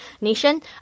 nation